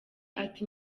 ati